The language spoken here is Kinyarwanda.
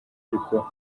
ariko